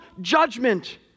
judgment